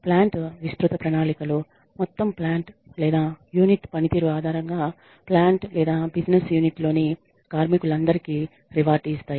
plant విస్తృత ప్రణాళికలు మొత్తం ప్లాంట్ లేదా యూనిట్ పనితీరు ఆధారంగా ప్లాంట్ లేదా బిజినెస్ యూనిట్లోని కార్మికులందరికీ రివార్డ్ ఇస్తాయి